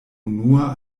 unua